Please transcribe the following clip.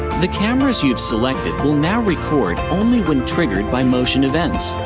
the cameras you've selected will now record only when triggered by motion events.